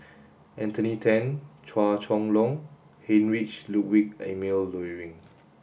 Anthony Then Chua Chong Long Heinrich Ludwig Emil Luering